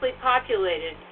populated